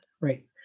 right